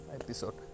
episode